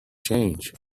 change